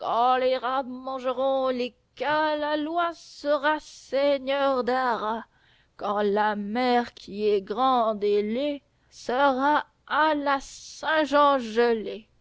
mangeront les cas le loi sera seigneur d'arras quand la mer qui est grande et lée sera à la